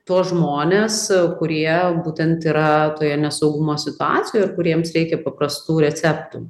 tuos žmones kurie būtent yra toje nesaugumo situacijoj ir kuriems reikia paprastų receptų